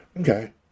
Okay